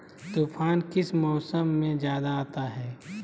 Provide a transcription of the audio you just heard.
तूफ़ान किस मौसम में ज्यादा आता है?